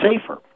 safer